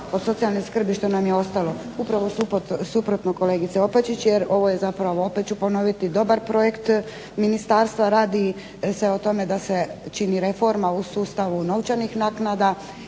od socijalne skrbi što nam je ostalo. Upravo suprotno kolegice Opačić jer ovo je zapravo opet ću ponoviti dobar projekt ministarstva, radi se o tome da se čini reforma u sustavu novčanih naknada